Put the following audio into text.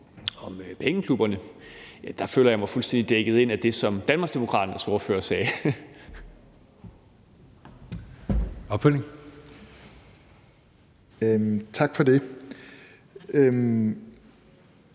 om pengeklubberne, føler jeg mig fuldstændig dækket ind af det, som Danmarksdemokraternes ordfører sagde. Kl. 16:06 Anden